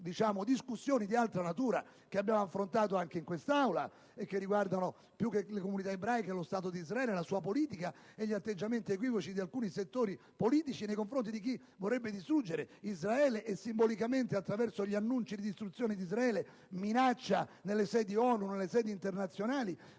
dunque, discussioni di altra natura, già affrontate anche in quest'Aula, che riguardano, più che le comunità ebraiche, lo Stato di Israele e la sua politica e gli atteggiamenti equivoci di alcuni settori politici nei confronti di chi vorrebbe distruggere Israele e simbolicamente, attraverso gli annunci di distruzione di quello Stato, minaccia nelle sedi ONU e nelle altre sedi internazionali